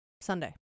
Sunday